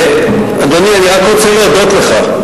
אדוני, אני רק רוצה להודות לך.